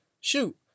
shoot